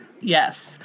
Yes